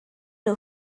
nhw